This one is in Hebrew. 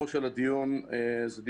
הציגו פה נושאים: פיצוי ל-25% החל מחודש מאי,